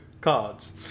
cards